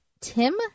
Tim